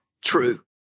true